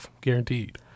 guaranteed